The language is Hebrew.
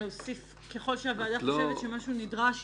אמרנו שייכנסו הדברים האלה,